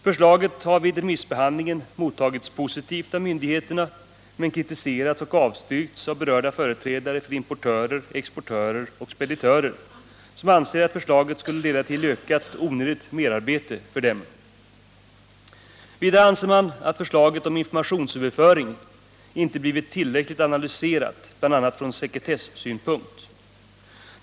Förslaget har vid remissbehandlingen mottagits positivt av myndigheterna men kritiserats och avstyrkts av berörda företrädare för importörer, exportörer och speditörer, som anser att förslaget skulle leda till ökat, onödigt merarbete för dem. Vidare anser man att förslaget om informationsöverföring inte blivit tillräckligt analyserat bl.a. från sekretessynpunkt.